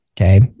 Okay